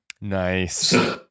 Nice